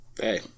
Hey